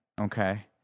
okay